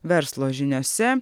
verslo žiniose